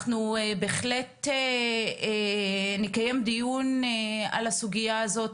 אנחנו בהחלט נקיים דיון על הסוגייה הזאת.